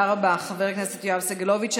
תודה רבה, חבר הכנסת יואב סגלוביץ'.